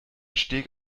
steg